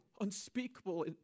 unspeakable